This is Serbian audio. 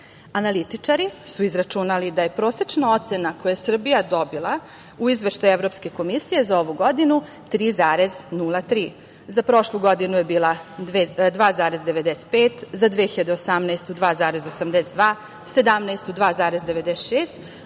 Analitičari su izračunali da je prosečna ocena koju je Srbija dobila u Izveštaju Evropske komisije za ovu godinu 3,03, za prošlu godinu je bila 2,95, za 2018. 2,82, 2017. godinu 2,96,